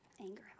anger